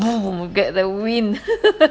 voom you get the wind